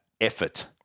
effort